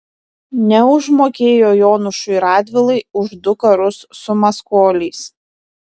neužmokėjo jonušui radvilai už du karus su maskoliais